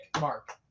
Mark